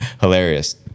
Hilarious